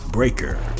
Breaker